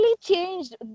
changed